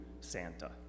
Santa